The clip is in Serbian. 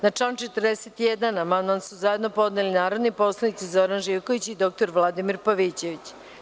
Na član 41. amandman su zajedno podneli narodni poslanici Zoran Živković i dr Vladimir Pavićević.